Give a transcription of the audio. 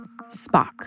Spock